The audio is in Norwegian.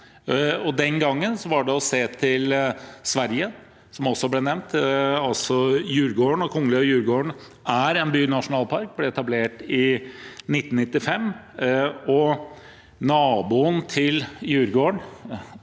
Den gangen var det å se til Sverige, som også ble nevnt her. Kungliga Djurgården er en bynasjonalpark som ble etablert i 1995. Naboen til Djurgården,